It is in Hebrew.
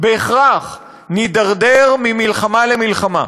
בהכרח נידרדר ממלחמה למלחמה.